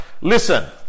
listen